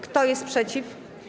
Kto jest przeciw?